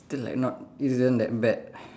still like not isn't that bad